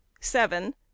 seven